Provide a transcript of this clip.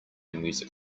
music